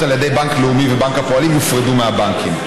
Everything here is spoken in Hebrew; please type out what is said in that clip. על ידי בנק לאומי ובנק הפועלים יופרדו מהבנקים.